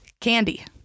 Candy